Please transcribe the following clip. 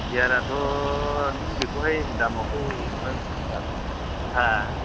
सियाराथ' नों बेखौहाय दामखौ नों हा